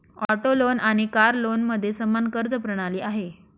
auto loan आणि car लोनमध्ये समान कर्ज प्रणाली आहे